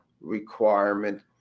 requirement